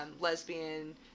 lesbian